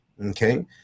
Okay